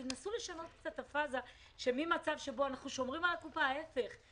תנסו לשנות קצת את הפאזה שממצב שבו אנחנו שומרים על הקופה ההפך.